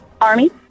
army